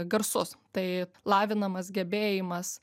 garsus tai lavinamas gebėjimas